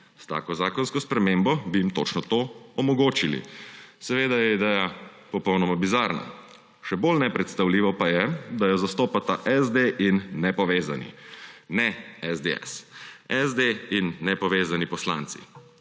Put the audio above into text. S tako zakonsko spremembo bi jim točno to omogočili. Seveda je ideja popolnoma bizarna. Še bolj nepredstavljivo pa je, da je zastopata SD in Nepovezani, ne SDS. SD in Nepovezani poslanci.